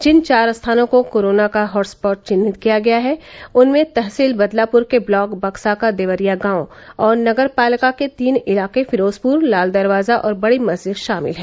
जिन चार स्थानों को कोरोना का हॉटस्पॉट चिन्हित किया गया हैं उनमें तहसील बदलापुर के ब्लॉक बक्सा का देवरिया गांव और नगर पालिका के तीन इलाके फिरोसपुर लाल दरवाजा और बड़ी मस्जिद शामिल हैं